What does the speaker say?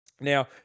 Now